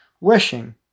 Wishing